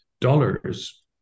dollars